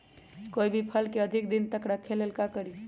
कोई भी फल के अधिक दिन तक रखे के ले ल का करी?